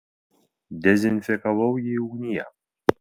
dezinfekavau jį ugnyje